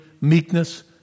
meekness